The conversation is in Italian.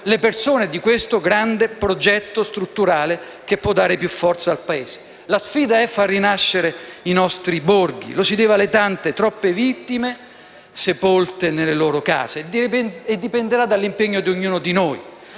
centro di questo grande progetto strutturale che può dare più forza al Paese. La sfida è far rinascere i nostri borghi; lo si deve alle tante, troppe vittime sepolte nelle loro case, e dipenderà dall'impegno di ognuno di noi